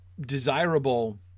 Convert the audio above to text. desirable